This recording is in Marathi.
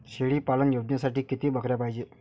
शेळी पालन योजनेसाठी किती बकऱ्या पायजे?